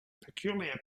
peculiar